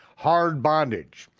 hard bondage.